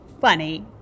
funny